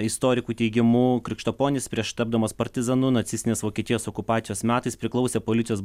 istorikų teigimu krikštaponis prieš tapdamas partizanu nacistinės vokietijos okupacijos metais priklausė policijos